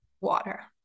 water